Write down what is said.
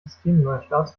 systemneustarts